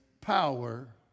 power